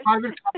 private